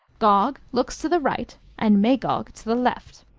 gog looks to the right and magog to the left.